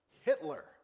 Hitler